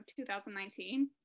2019